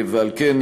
על כן,